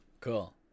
Cool